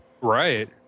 Right